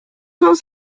cent